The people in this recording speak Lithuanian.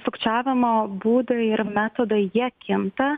sukčiavimo būdai ir metodai jie kinta